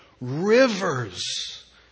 Rivers